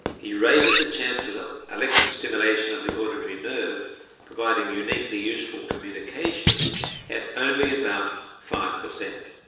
he rated the chances of electrical stimulation of the auditory nerve providing uniquely useful communication at only about five per cent.